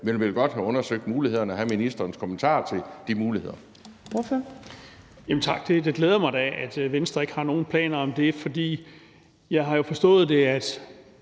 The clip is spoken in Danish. men vi vil godt have undersøgt mulighederne og have ministerens kommentarer til de muligheder.